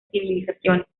civilizaciones